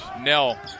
Nell